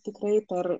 tikrai per